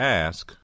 ask